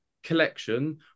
Collection